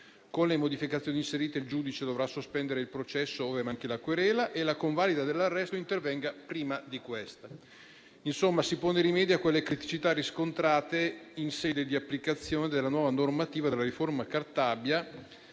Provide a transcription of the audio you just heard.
Con le modificazioni inserite, il giudice dovrà sospendere il processo ove manchi la querela e la convalida dell'arresto intervenga prima di questo. Insomma, si pone rimedio alle criticità riscontrate in sede di applicazione della nuova normativa della riforma Cartabia